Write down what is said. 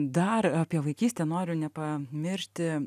dar apie vaikystę noriu nepamiršti